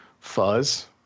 fuzz